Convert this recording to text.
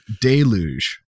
Deluge